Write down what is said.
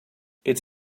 it’s